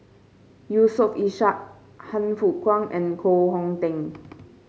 Yusof Ishak Han Fook Kwang and Koh Hong Teng